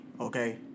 okay